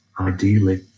ideally